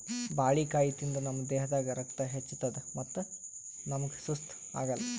ಬಾಳಿಕಾಯಿ ತಿಂದ್ರ್ ನಮ್ ದೇಹದಾಗ್ ರಕ್ತ ಹೆಚ್ಚತದ್ ಮತ್ತ್ ನಮ್ಗ್ ಸುಸ್ತ್ ಆಗಲ್